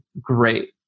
great